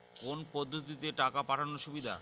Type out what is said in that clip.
কোন পদ্ধতিতে টাকা পাঠানো সুবিধা?